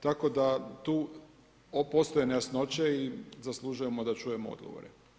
Tako da tu postoje nejasnoće i zaslužujemo da čujemo odgovore.